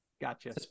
Gotcha